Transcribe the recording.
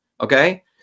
okay